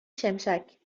شمشک